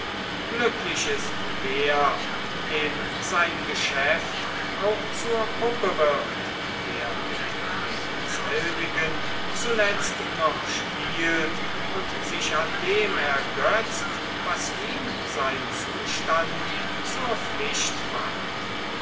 glücklich ist der dem sein geschäft auch zur puppe wird der mit demselbigen zuletzt noch spielt und sich an dem ergötzt was ihm sein zustand zur pflicht macht